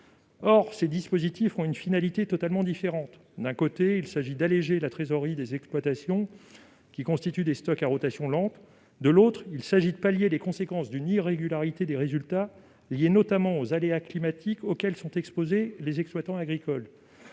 Or ces dispositifs ont une finalité totalement différente. Il s'agit, d'un côté, d'alléger la trésorerie des exploitations qui constituent des stocks à rotation lente, de l'autre, de pallier les conséquences d'une irrégularité des résultats, liée notamment aux aléas climatiques auxquels sont exposés les exploitants agricoles.